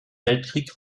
weltkrieg